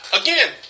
again